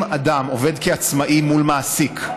אם אדם עובד כעצמאי מול מעסיק,